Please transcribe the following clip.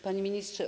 Panie Ministrze!